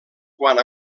quant